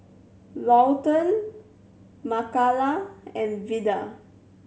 Lawton Makala and Vida